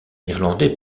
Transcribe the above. irlandais